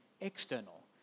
external